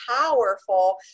powerful